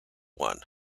one